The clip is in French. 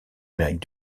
amérique